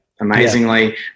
amazingly